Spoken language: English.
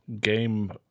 Game